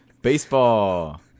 Baseball